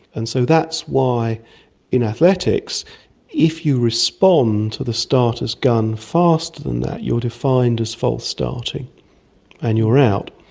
and so that's why in athletics if you respond to the starter's gun faster than that you are defined as false starting and you are out.